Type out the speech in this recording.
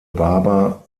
barber